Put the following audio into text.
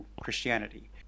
Christianity